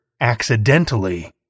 accidentally